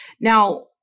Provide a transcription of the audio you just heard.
Now